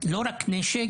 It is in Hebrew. לא רק נשק,